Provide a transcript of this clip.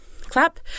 clap